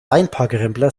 einparkrempler